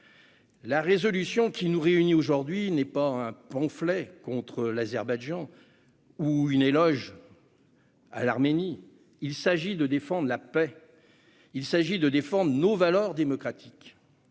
de résolution qui nous réunit aujourd'hui n'est pas un pamphlet contre l'Azerbaïdjan ou un éloge de l'Arménie. Il s'agit de défendre la paix et nos valeurs démocratiques.